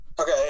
Okay